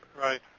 Right